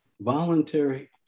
voluntary